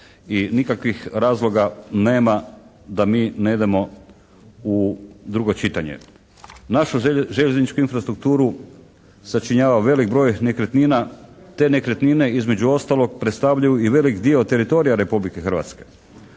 nikakvih razloga nema da mi ne idemo u drugo čitanje. Našu željeznički infrastrukturu sačinjava velik broj nekretnina. Te nekretnine između ostalog predstavljaju i velik dio teritorija Republike Hrvatske.